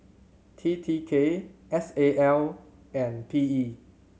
T T K S A L and P E